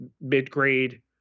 mid-grade